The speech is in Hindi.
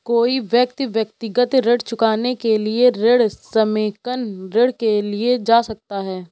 कोई व्यक्ति व्यक्तिगत ऋण चुकाने के लिए ऋण समेकन ऋण के लिए जा सकता है